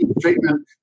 treatment